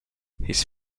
his